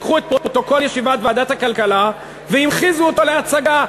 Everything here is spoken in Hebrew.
לקחו את פרוטוקול ישיבת ועדת הכלכלה והמחיזו את זה להצגה.